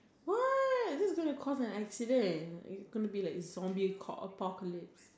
what that's gonna cause an accident you gonna be like zombie a core~ apocalypse